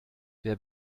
wer